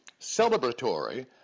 celebratory